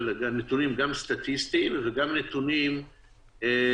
גם על נתונים סטטיסטיים וגם על נתונים עובדתיים.